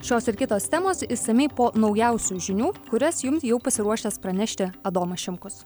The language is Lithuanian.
šios ir kitos temos išsamiai po naujausių žinių kurias jums jau pasiruošęs pranešti adomas šimkus